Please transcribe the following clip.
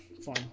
Fine